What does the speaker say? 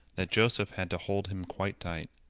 that joseph had to hold him quite tight.